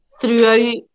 throughout